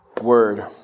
Word